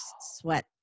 sweat